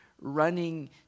running